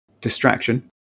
distraction